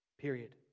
Period